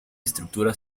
estructura